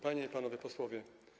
Panie i Panowie Posłowie!